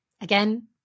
Again